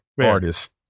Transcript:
artist